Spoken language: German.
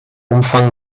umfang